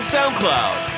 SoundCloud